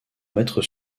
mettre